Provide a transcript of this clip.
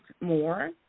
more